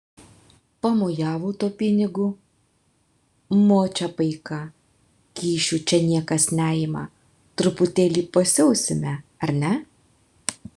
pamojavo tuo pinigu močia paika kyšių čia niekas neima truputėlį pasiausime ar ne